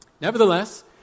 Nevertheless